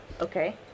okay